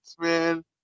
man